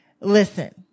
listen